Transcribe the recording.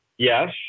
Yes